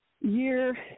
year